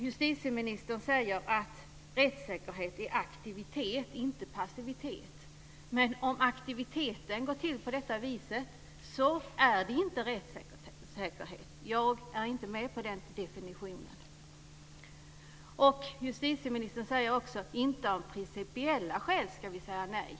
Justitieministern säger att rättssäkerhet är aktivitet, inte passivitet. Men om aktiviteten går till på detta vis är det inte rättssäkerhet. Jag är inte med på den definitionen. Justitieministern säger också att vi inte av principiella skäl ska säga nej.